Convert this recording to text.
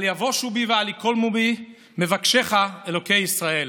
אל יבושו בי ואל ייכלמו בי מבקשיך, אלוקי ישראל.